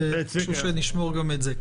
נשמור גם את זה.